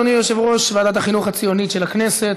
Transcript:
אדוני יושב-ראש ועדת החינוך הציונית של הכנסת.